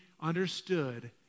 understood